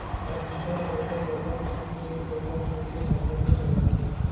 आज बिकट बड़का बड़का किसम के गोंदा फूल के फसल ले जावत हे